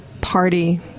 Party